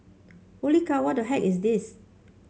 holy cow what the heck is this